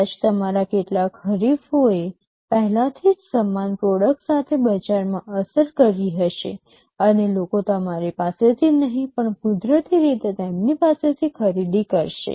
કદાચ તમારા કેટલાક હરીફોએ પહેલાથી જ સમાન પ્રોડક્ટ સાથે બજારમાં અસર કરી છે અને લોકો તમારી પાસેથી નહીં પણ કુદરતી રીતે તેમની પાસેથી ખરીદી કરશે